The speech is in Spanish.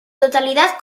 totalidad